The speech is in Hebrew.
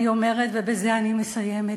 אני אומרת, ובזה אני מסיימת: